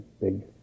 big